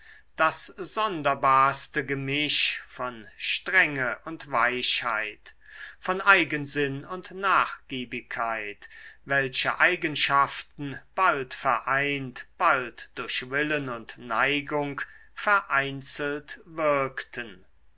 das sonderbarste gemisch von strenge und weichheit von eigensinn und nachgiebigkeit welche eigenschaften bald vereint bald durch willen und neigung vereinzelt wirkten